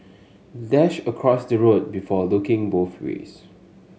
dash across the road before looking both ways